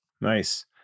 Nice